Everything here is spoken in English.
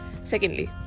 secondly